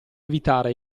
evitare